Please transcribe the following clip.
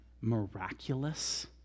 miraculous